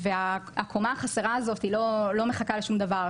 והקומה החסרה הזאת היא לא מחכה לשום דבר.